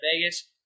Vegas